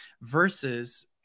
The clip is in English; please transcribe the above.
versus